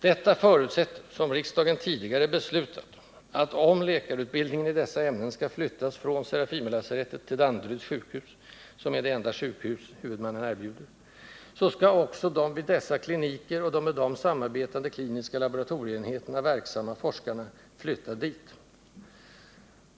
Detta förutsätter — som riksdagen tidigare beslutat — att om läkarutbildningen i dessa ämnen skall flyttas från Serafimerlasarettet till Danderyds sjukhus, som är det enda sjukhus huvudmannen erbjuder, så skall också de vid dessa kliniker och de med dem samarbetande kliniska laboratorieenheterna verksamma forskarna flytta dit.